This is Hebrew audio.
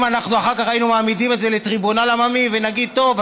אם אנחנו אחר כך היינו מעמידים את זה לטריבונל עממי ונגיד: טוב,